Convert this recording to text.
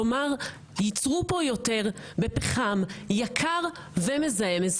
כלומר, יצרו פה יותר בפחם יקר ומזהם.